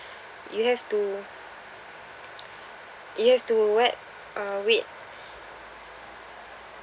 you have to you have to what uh wait